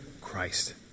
Christ